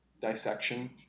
dissection